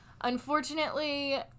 unfortunately